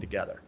together